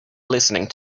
listening